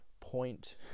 point